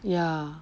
ya